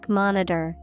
monitor